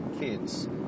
kids